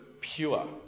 pure